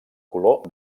color